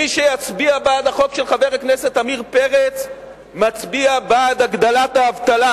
מי שיצביע בעד החוק של חבר הכנסת עמיר פרץ מצביע בעד הגדלת האבטלה.